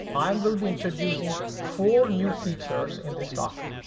i will be introducing four new features in this talk.